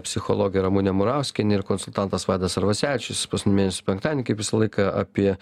psichologė ramunė murauskienė ir konsultantas vaidas arvasevičius paskutinį mėnesio penktadienį kaip visą laiką apie